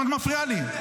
למה את מפריעה לי?